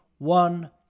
One